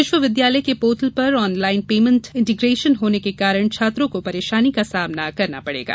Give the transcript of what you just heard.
विश्वविद्यालय के पोर्टल पर आनलाइन पेमेन्ट एन्टीग्रेशन होने के कारण छात्रों को परेशानी का सामना करना पडेगा